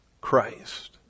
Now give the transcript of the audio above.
Christ